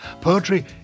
Poetry